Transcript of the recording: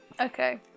Okay